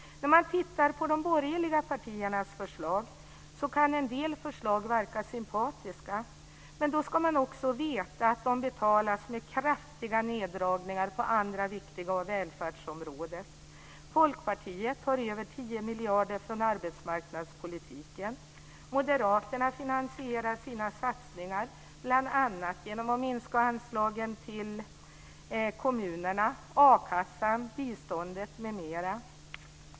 När man tittar på de borgerliga partiernas förslag kan en del förslag verka sympatiska, men då ska man också veta att de betalas med kraftiga neddragningar på andra viktiga välfärdsområden. Folkpartiet tar över 10 miljarder från arbetsmarknadspolitiken. Moderaterna finansierar sina satsningar bl.a. genom att minska anslagen till kommunerna, a-kassan, biståndet m.m.